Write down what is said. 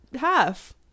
half